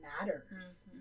matters